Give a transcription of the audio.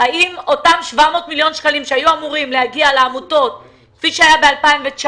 האם אותם 700 מיליון שקלים שהיו אמורים להגיע לעמותות כפי שהיה ב-2019,